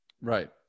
right